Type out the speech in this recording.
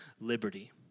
liberty